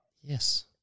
Yes